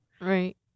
right